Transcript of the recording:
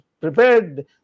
prepared